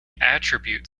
attribute